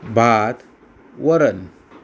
भात वरण